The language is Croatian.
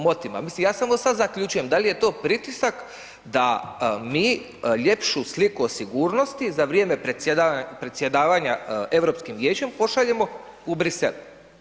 Mislim ja samo sada zaključujem da li je to pritisak da mi ljepšu sliku o sigurnosti za vrijeme predsjedavanja Europskim vijećem pošaljemo u Bruxelles?